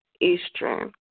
Eastern